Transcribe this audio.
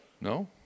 No